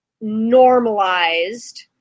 normalized